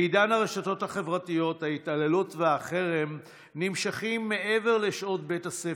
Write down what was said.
בעידן הרשתות החברתיות ההתעללות והחרם נמשכים מעבר לשעות בית הספר,